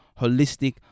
holistic